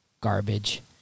Garbage